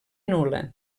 nul·la